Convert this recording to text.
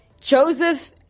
Joseph